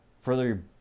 further